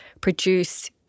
produce